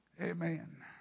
Amen